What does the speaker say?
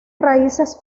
raíces